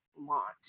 launch